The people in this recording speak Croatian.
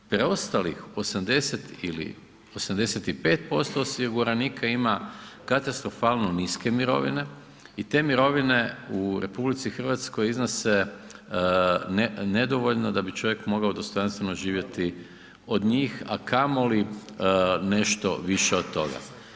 Preostalih 80 ili 85% osiguranika ima katastrofalno niske mirovine i te mirovine u RH iznose nedovoljno da bi čovjek mogao dostojanstveno živjeti od njih a kamoli nešto više od toga.